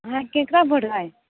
अहाँ केकरा भोट देबै